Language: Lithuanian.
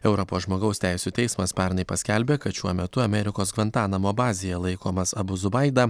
europos žmogaus teisių teismas pernai paskelbė kad šiuo metu amerikos gvantanamo bazėje laikomas abu zubaida